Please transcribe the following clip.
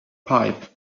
pipe